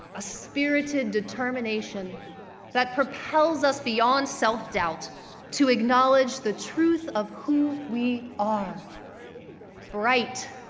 a spirited determination that propels us beyond self-doubt to acknowledge the truth of who we are bright,